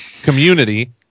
community